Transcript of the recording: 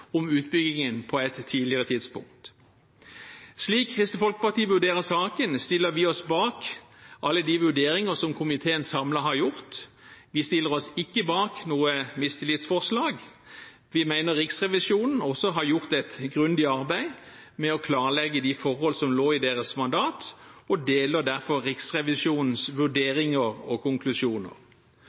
om utbyggingen på et tidligere tidspunkt. Slik Kristelig Folkeparti vurderer saken, stiller vi oss bak alle de vurderinger som komiteen samlet har gjort. Vi stiller oss ikke bak noe mistillitsforslag. Vi mener Riksrevisjonen også har gjort et grundig arbeid med å klarlegge de forhold som lå i deres mandat, og deler derfor Riksrevisjonens vurderinger og konklusjoner.